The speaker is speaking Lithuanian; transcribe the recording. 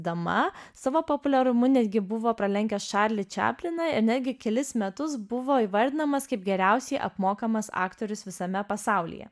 dama savo populiarumu netgi buvo pralenkęs čarlį čapliną ir netgi kelis metus buvo įvardinamas kaip geriausiai apmokamas aktorius visame pasaulyje